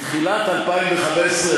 מתחילת 2015,